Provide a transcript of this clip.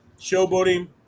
showboating